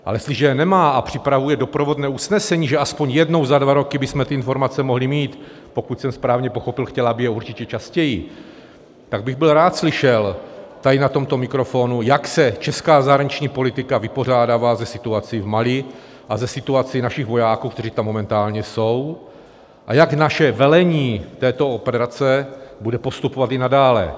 Ale jestliže je nemá a připravuje doprovodné usnesení, že aspoň jednou za dva roky bychom ty informace mohli mít, pokud jsem správně pochopil, chtěla by je určitě častěji, tak bych byl rád slyšel tady na tomto mikrofonu, jak se česká zahraniční politika vypořádává se situací v Mali a se situací našich vojáků, kteří tam momentálně jsou, a jak naše velení této operace bude postupovat i nadále.